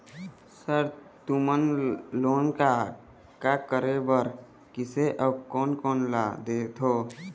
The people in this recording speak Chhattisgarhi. सर तुमन लोन का का करें बर, किसे अउ कोन कोन ला देथों?